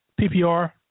PPR